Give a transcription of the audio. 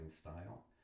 style